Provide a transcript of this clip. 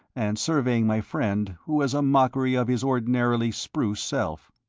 and surveying my friend, who was a mockery of his ordinarily spruce self.